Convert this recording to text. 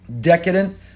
decadent